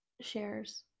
shares